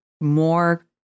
more